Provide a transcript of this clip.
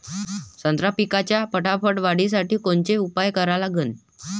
संत्रा पिकाच्या फटाफट वाढीसाठी कोनचे उपाव करा लागन?